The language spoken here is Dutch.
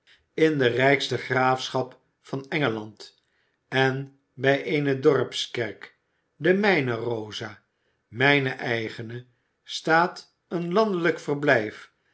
in het rijkste graafschap van engeland en bij eene dorpskerk de mijne rosa mijne eigene staat een landelijk verblijf